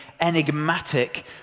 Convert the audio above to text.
enigmatic